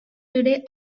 today